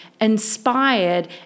inspired